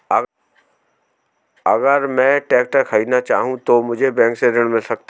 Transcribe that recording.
अगर मैं ट्रैक्टर खरीदना चाहूं तो मुझे बैंक से ऋण मिल सकता है?